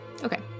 Okay